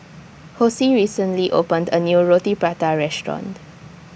Hosie recently opened A New Roti Prata Restaurant